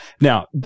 Now